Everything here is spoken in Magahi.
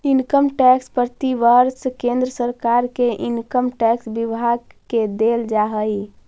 इनकम टैक्स प्रतिवर्ष केंद्र सरकार के इनकम टैक्स विभाग के देल जा हई